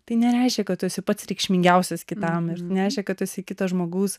tai nereiškia kad tu esi pats reikšmingiausias kitam ir nereiškia kad tu esi kito žmogaus